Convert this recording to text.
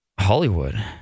Hollywood